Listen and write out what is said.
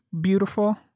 beautiful